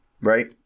right